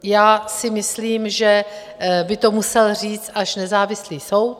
Já si myslím, že by to musel říct až nezávislý soud.